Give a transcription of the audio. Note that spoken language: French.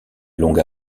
longue